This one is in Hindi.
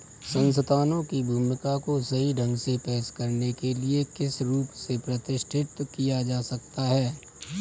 संस्थानों की भूमिका को सही ढंग से पेश करने के लिए किस रूप से प्रतिष्ठित किया जा सकता है?